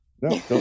No